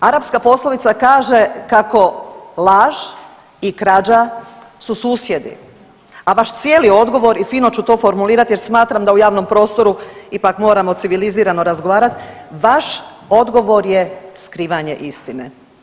Arapska poslovica kaže kako laž i krađa su susjedi, a vaš cijeli odgovor i fino ću to formulirati jer smatram da u javnom prostoru ipak moramo civilizirano razgovarati, vaš odgovor je skrivanje istine.